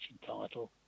title